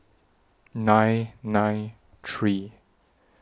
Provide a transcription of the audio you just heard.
nine nine three